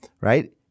right